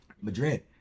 Madrid